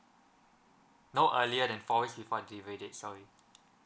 no earlier than four weeks before delivery date sorry